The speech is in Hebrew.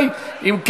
35 בעד, 17 מתנגדים.